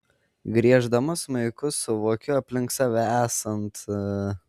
grieždama smuiku suvokiu aplink save esant